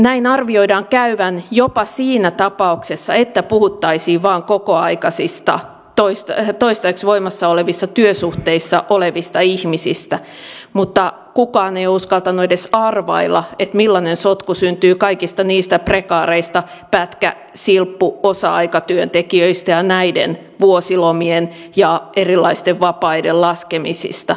näin arvioidaan käyvän jopa siinä tapauksessa että puhuttaisiin vain kokoaikaisista toistaiseksi voimassa olevissa työsuhteissa olevista ihmistä mutta kukaan ei ole uskaltanut edes arvailla millainen sotku syntyy kaikista niistä prekaareista pätkä silppu osa aikatyötekijöistä ja näiden vuosilomien ja erilaisten vapaiden laskemisista